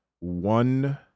one